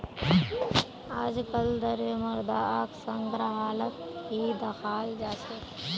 आजकल द्रव्य मुद्राक संग्रहालत ही दखाल जा छे